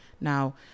Now